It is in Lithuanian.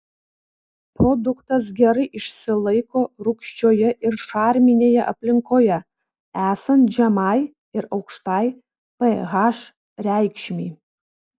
produktas gerai išsilaiko rūgščioje ir šarminėje aplinkoje esant žemai ir aukštai ph reikšmei